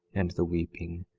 and the weeping,